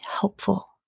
helpful